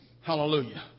Hallelujah